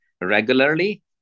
regularly